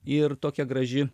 ir tokia graži